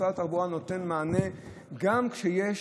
משרד התחבורה נותן מענה גם כשיש